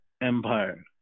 empire